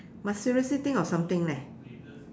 must seriously think of something leh